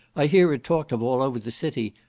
i hear it talked of all over the city,